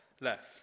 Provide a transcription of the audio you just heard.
left